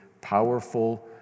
powerful